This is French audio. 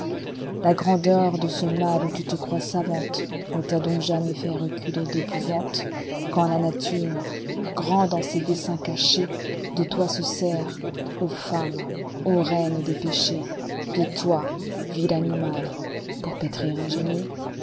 la grandeur de ce mal où tu te crois savantene fa donc jamais fait reculer d'épouvante quand la nature grande en ses desseins cachés de toi se sert ô lemme ô reme des péchés de toi vil animal pour pétrir un génie